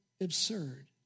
absurd